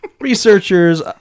Researchers